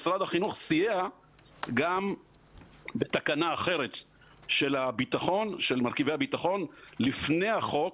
משרד החינוך סייע גם בתקנה אחרת של מרכיבי הביטחון לפני החוק,